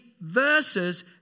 verses